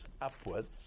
upwards